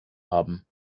haben